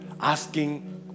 asking